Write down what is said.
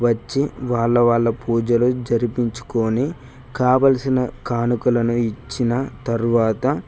వచ్చి వాళ్ళ వాళ్ళ పూజలు జరిపించుకొని కావాల్సిన కానుకలను ఇచ్చిన తరువాత